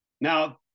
Now